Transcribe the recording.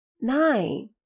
Nine